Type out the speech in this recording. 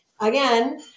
Again